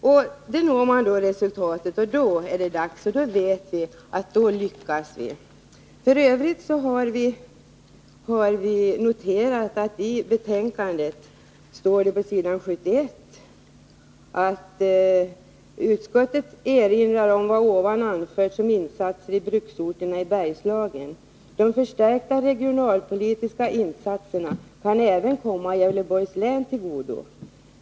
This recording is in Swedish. När man sedan når det resultatet är det dags, och då vet vi att vi lyckas. F. ö. har vi noterat vad som står på s. 71 i betänkandet: ”Utskottet erinrar om vad ovan anförts om insatser i bruksorterna i Bergslagen. De förstärkta regionalpolitiska insatserna kan även komma Gävleborgs län till godo.